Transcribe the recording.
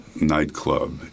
nightclub